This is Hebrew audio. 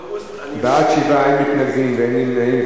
בעד, 7, אין מתנגדים ואין נמנעים.